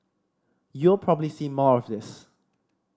you'll probably see more of this